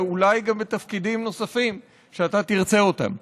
ואולי גם בתפקידים נוספים שאתה תרצה אותם.